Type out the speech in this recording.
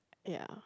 ya